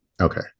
okay